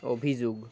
অভিযোগ